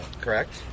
Correct